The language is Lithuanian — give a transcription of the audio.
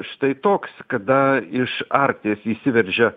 štai toks kada iš arkties įsiveržia